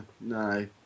No